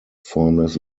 formless